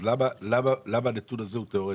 אם כן, למה הנתון הזה הוא תיאורטי?